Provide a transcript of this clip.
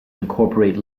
incorporate